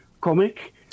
comic